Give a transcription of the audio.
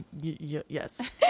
Yes